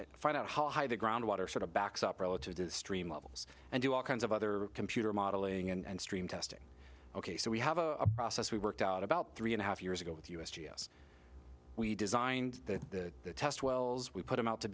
if find out how high the ground water sort of backs up relative to stream levels and do all kinds of other computer modeling and stream testing ok so we have a process we worked out about three and a half years ago with u s g s we designed the test wells we put them out to